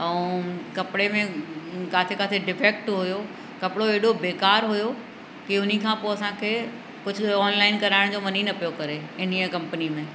ऐं कपिड़े में काथे काथे डिफेक्ट हुओ कपिड़ो हेॾो बेकारु हुओ की हुन खां पोइ असांखे कुझु ऑनलाइन कराइण जो मन ई न पियो करे इन ई कंपनी में